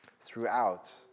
throughout